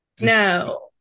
No